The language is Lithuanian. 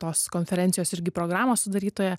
tos konferencijos irgi programos sudarytoja